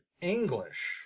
English